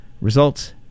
results